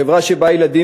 חברה שבה ילדים,